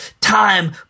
time